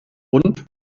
und